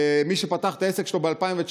מי שפתח את העסק שלו ב-2019,